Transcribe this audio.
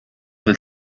del